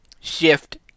Shift